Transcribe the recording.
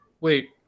wait